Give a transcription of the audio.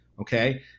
Okay